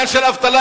העניין של אבטלה,